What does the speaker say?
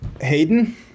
Hayden